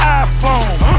iPhone